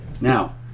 now